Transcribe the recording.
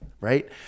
Right